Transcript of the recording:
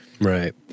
Right